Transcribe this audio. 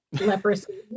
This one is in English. leprosy